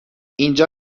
اینجا